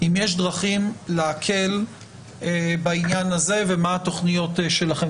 האם יש דרכים להקל בעניין הזה, ומה התוכניות שלכם.